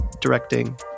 directing